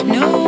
no